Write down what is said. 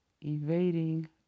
evading